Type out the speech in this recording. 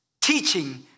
teaching